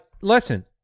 listen